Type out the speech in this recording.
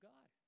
God